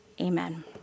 Amen